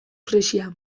krisia